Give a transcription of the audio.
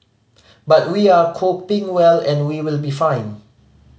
but we are coping well and we will be fine